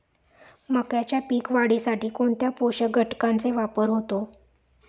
मक्याच्या पीक वाढीसाठी कोणत्या पोषक घटकांचे वापर होतो?